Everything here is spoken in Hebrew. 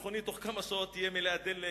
תוך כמה שעות המכונית תהיה מלאה דלק,